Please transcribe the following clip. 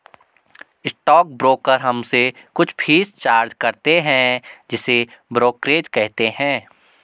stock broker हमसे कुछ fees charge करते हैं जिसे ब्रोकरेज कहते हैं